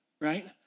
right